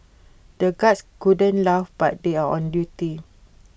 the guards couldn't laugh but they are on duty